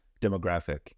demographic